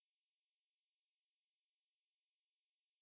அத கேக்கும் போதே கொஞ்ச பயமா:atha kaekkum pothae konja bayamaa